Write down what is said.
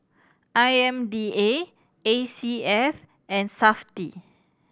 I M D A A C S and Safti